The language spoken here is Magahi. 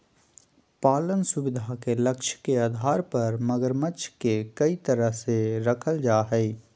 पालन सुविधा के लक्ष्य के आधार पर मगरमच्छ के कई तरह से रखल जा हइ